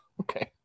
okay